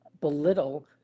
belittle